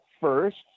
first